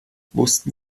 wussten